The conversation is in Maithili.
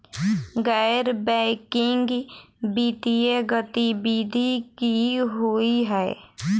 गैर बैंकिंग वित्तीय गतिविधि की होइ है?